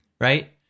right